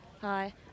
Hi